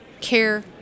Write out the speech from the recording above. care